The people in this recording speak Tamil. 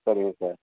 சரிங்க சார்